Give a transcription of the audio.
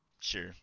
sure